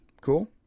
Cool